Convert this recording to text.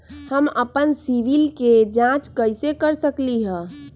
हम अपन सिबिल के जाँच कइसे कर सकली ह?